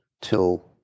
till